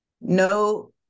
no